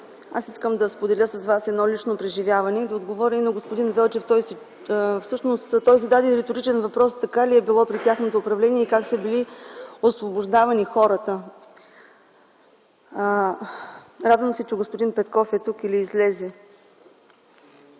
аз искам да споделя с Вас едно лично преживяване и да отговоря на господин Велчев. Всъщност той зададе риторичен въпрос – така ли е било при тяхното управление и как са били освобождавани хората. Радвам се, че господин Петков е тук, или излезе?